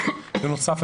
בנוסף,